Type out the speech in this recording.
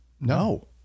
No